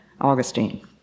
Augustine